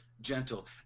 gentle